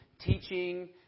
teaching